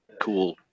cool